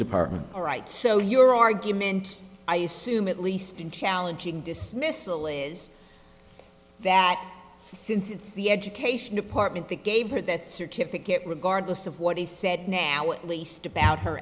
department all right so your argument i assume at least in challenging dismissal is that since it's the education department that gave her that certificate regardless of what he said now at least about her